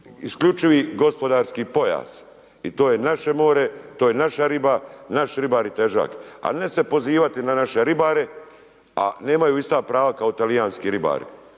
isključivi gospodarski pojas i to je naše more, naša riba, naši ribari i težak, a ne se pozivati na naše ribare, a nemaju ista prava kao talijanski ribari